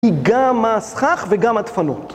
היא גם הסכך וגם הדפנות.